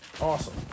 awesome